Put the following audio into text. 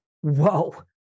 whoa